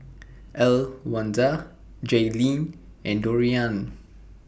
Elwanda Jayleen and Dorian